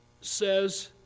says